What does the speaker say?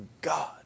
God